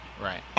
right